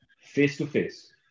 face-to-face